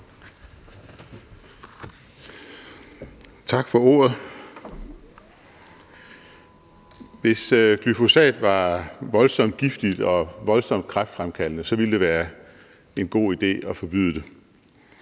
Tak for ordet. Hvis glyfosat var voldsomt giftigt og voldsomt kræftfremkaldende, ville det være en god idé at forbyde det.